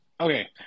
okay